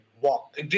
walk